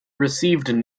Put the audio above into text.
received